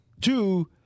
two